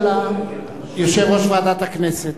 יושב-ראש ועדת הכנסת.